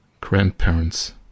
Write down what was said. Grandparents